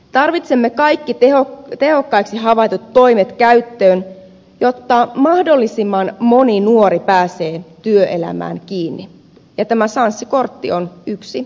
tarvitsemme kaikki tehokkaiksi havaitut toimet käyttöön jotta mahdollisimman moni nuori pääsee työelämään kiinni ja tämä sanssi kortti on yksi hyvä keino